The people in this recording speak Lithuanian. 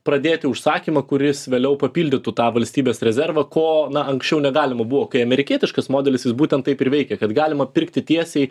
pradėti užsakymą kuris vėliau papildytų tą valstybės rezervą ko anksčiau negalima buvo kai amerikietiškas modelis jis būtent taip ir veikė kad galima pirkti tiesiai